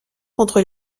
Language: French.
contre